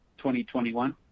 2021